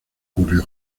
ocurrió